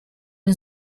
une